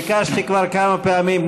ביקשתי כבר כמה פעמים,